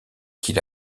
qu’il